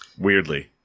Weirdly